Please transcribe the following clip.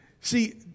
See